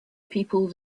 people